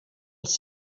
els